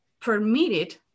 permitted